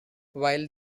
while